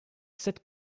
sept